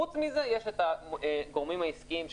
חוץ מזה יש את הגורמים העסקיים,